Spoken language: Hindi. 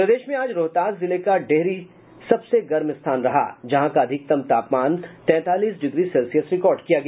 प्रदेश में आज रोहतास जिले का डेहरी सबसे गर्म स्थान रहा जहां का अधिकतम तापमान तैंतालीस डिग्री सेल्सियस रिकॉर्ड किया गया